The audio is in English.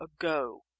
ago